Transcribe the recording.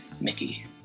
Mickey